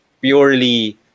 purely